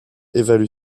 évalue